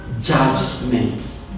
judgment